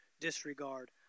disregard